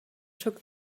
took